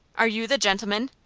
are you the gentleman?